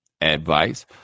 advice